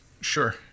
Sure